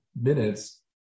minutes